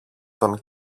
τον